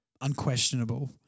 unquestionable